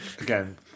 Again